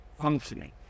functioning